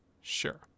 sure